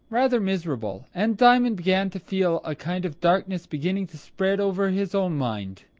rather miserable, and diamond began to feel a kind of darkness beginning to spread over his own mind.